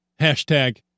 hashtag